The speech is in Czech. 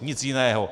Nic jiného.